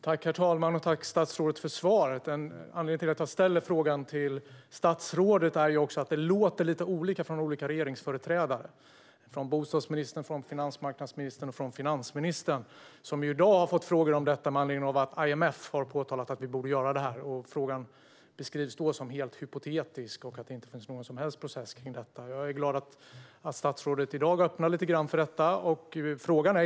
Herr talman! Tack, statsrådet, för svaret! Anledningen till att jag ställer frågan till statsrådet är att det låter lite olika från olika regeringsföreträdare - från bostadsministern, från finansmarknadsministern och från finansministern. De har i dag fått frågan med anledning av att IMF har pekat på detta. Frågan beskrivs som helt hypotetisk, och det sägs att det inte finns någon som helst process. Jag är glad att statsrådet öppnar lite grann för en nedtrappning.